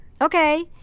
Okay